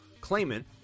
claimant